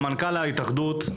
סמנכ"ל ההתאחדות,